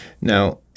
Now